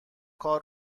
کار